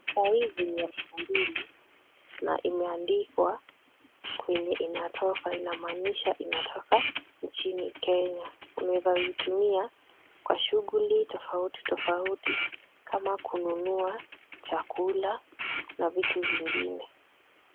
Pesa hizi ni elfu mbili na imeandikwa kwenye inatoka, inamaanisha inatoka nchini Kenya. Unaweza itumia kwa shughuli tofauti tofauti kama kununua chakula na vitu vingine.